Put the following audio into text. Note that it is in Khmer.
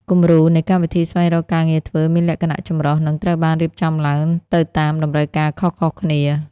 គំរូនៃកម្មវិធីស្វែងរកការងារធ្វើមានលក្ខណៈចម្រុះ និងត្រូវបានរៀបចំឡើងទៅតាមតម្រូវការខុសៗគ្នា។